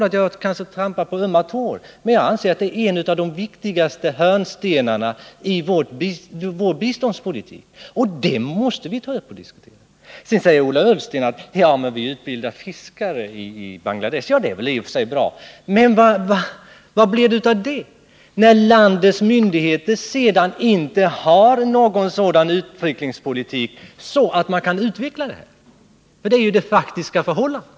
Jag har kanske trampat på en öm tå, men jag anser att det är en av de viktigaste hörnstenarna i vår biståndspolitik. Det måste vi ta upp och diskutera. Sedan säger Ola Ullsten: Ja, men vi utbildar fiskare i Bangladesh. Det är i och för sig bra, men vad blir det av det, när landets myndigheter sedan inte för någon sådan politik att man kan utveckla det vidare? Det är ju det faktiska förhållandet.